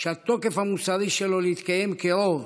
שהתוקף המוסרי שלו להתקיים כרוב